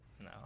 no